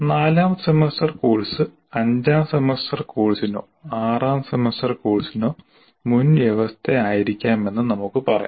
നാലാം semester course അഞ്ചാം semester കോഴ്സിനോ ആറാം സെമസ്റ്റർ കോഴ്സിനോ മുൻവ്യവസ്ഥയായിരിക്കാമെന്ന് നമുക്ക് പറയാം